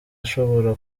ashobora